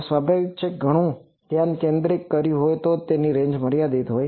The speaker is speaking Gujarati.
સ્વાભાવિક છે કે ઘણું ધ્યાન કેન્દ્રિત કર્યું હોય તોજ તેની રેંજ મર્યાદિત હોય